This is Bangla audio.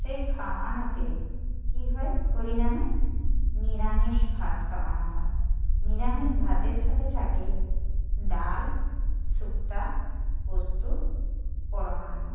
সেই খাওয়ানোতে কী হয় হরিনামে নিরামিষ ভাত খাওয়ানো হয় নিরামিষ ভাতের সাথে থাকে ডাল শুক্তো পোস্ত পরমান্ন